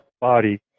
body